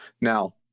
Now